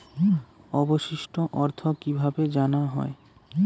অবশিষ্ট অর্থ কিভাবে জানা হয়?